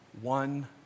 One